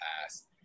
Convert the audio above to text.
past